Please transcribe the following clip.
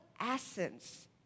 essence